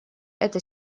это